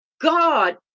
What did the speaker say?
God